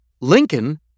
Lincoln